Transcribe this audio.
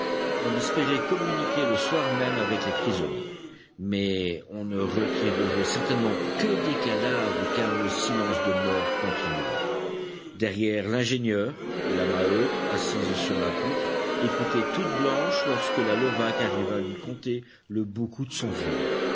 on espérait communiquer le soir même avec les prisonniers mais on ne retirerait certainement que des cadavres car le silence de mort continuait derrière l'ingénieur la maheude assise sur la poutre écoutait toute blanche lorsque la levaque arriva lui conter le beau coup de son vieux